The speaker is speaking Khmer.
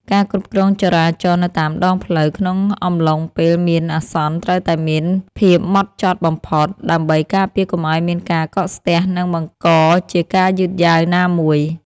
ការគ្រប់គ្រងចរាចរណ៍នៅតាមដងផ្លូវក្នុងអំឡុងពេលមានអាសន្នត្រូវតែមានភាពហ្មត់ចត់បំផុតដើម្បីការពារកុំឱ្យមានការកកស្ទះ និងបង្កជាការយឺតយ៉ាវណាមួយ។